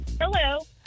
Hello